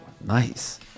Nice